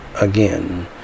again